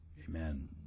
Amen